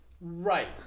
Right